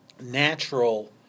natural